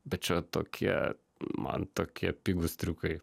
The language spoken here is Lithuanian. bet čia tokie man tokie pigūs triukai